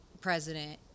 president